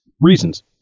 reasons